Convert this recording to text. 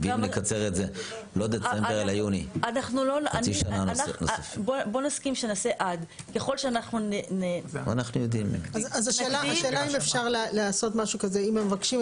אבל בינתיים אנחנו נשארים בלי פתרונות בכלל ועכשיו גם מבקשים את